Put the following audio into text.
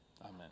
Amen